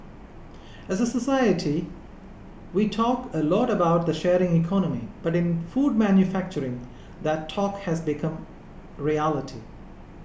as a society we talk a lot about the sharing economy but in food manufacturing that talk has become reality